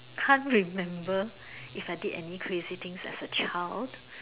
can't remember if I did any crazy things as a child